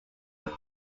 run